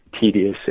tedious